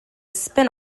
spin